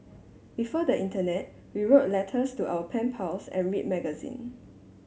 before the internet we wrote letters to our pen pals and read magazine